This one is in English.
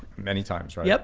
many times, right, yeah